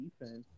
defense